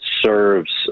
serves